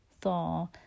thaw